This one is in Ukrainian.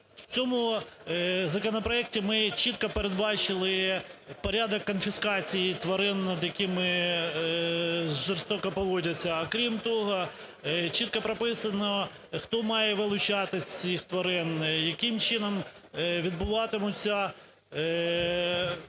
В цьому законопроекті ми чітко передбачили порядок конфіскації тварин, над якими жорстоко поводяться. А, крім того, чітко прописано, хто має вилучати цих тварин, яким чином відбуватимуться